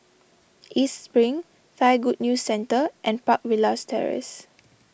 East Spring Thai Good News Centre and Park Villas Terrace